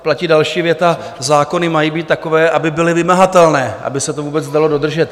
Platí další věta: Zákony mají být takové, aby byly vymahatelné, aby se to vůbec dalo dodržet.